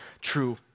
true